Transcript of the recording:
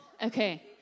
Okay